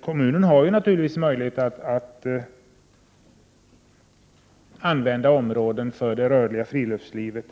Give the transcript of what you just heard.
Kommunen har naturligtvis möjlighet att använda områden för det rörliga friluftslivet.